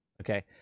Okay